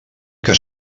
que